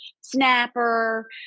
snapper